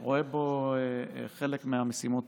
אני רואה בו חלק מהמשימות